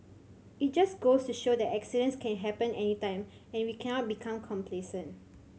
it just goes to show that accidents can happen anytime and we cannot become complacent